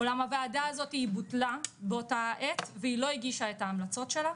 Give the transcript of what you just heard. אולם הוועדה הזאת בוטלה באותה העת ולא הגישה את ההמלצות שלה.